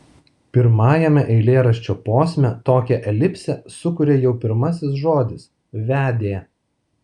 pirmajame eilėraščio posme tokią elipsę sukuria jau pirmasis žodis vedė